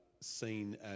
seen